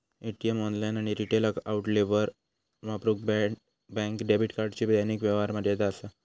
ATM, online आणि retail आउटलेटवर वापरूक बँक डेबिट कार्डची दैनिक व्यवहार मर्यादा असा